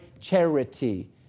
charity